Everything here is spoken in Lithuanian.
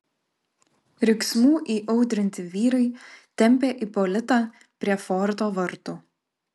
riksmų įaudrinti vyrai tempė ipolitą prie forto vartų